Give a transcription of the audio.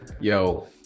yo